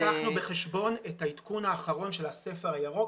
לקחנו בחשבון את העדכון האחרון של הספר הירוק,